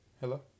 Hello